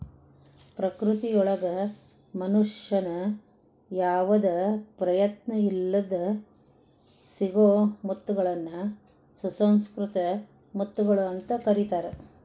ಪ್ರಕೃತಿಯೊಳಗ ಮನುಷ್ಯನ ಯಾವದ ಪ್ರಯತ್ನ ಇಲ್ಲದ್ ಸಿಗೋ ಮುತ್ತಗಳನ್ನ ಸುಸಂಕೃತ ಮುತ್ತುಗಳು ಅಂತ ಕರೇತಾರ